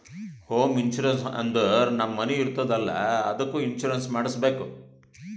home insurance ಅಂದುರ್ ನಮ್ ಮನಿ ಇರ್ತುದ್ ಅಲ್ಲಾ ಅದ್ದುಕ್ ಇನ್ಸೂರೆನ್ಸ್ ಮಾಡುಸ್ಬೇಕ್